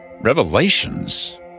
revelations